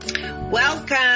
Welcome